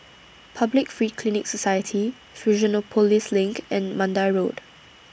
Public Free Clinic Society Fusionopolis LINK and Mandai Road